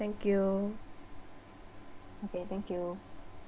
thank you